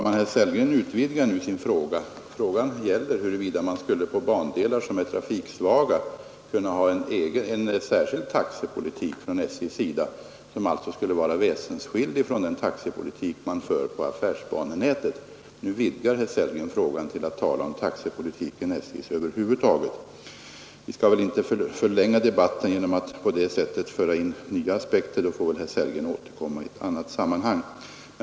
Herr talman! Den fråga som herr Sellgren ställde gällde huruvida SJ på trafiksvaga bandelar skulle kunna föra en särskild taxepolitik, som alltså skulle vara väsensskild från den taxepolitik som företaget för på affärsbanenätet. Nu vidgar herr Sellgren frågan genom att tala om taxepolitiken över huvud taget. Vi skall inte förlänga debatten genom att på det sättet föra in nya aspekter, utan herr Sellgren får väl återkomma i annat sammanhang.